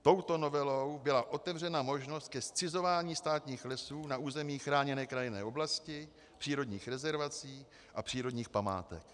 Touto novelou byla otevřena možnost ke zcizování státních lesů na území chráněné krajinné oblasti, přírodních rezervací a přírodních památek.